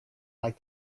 like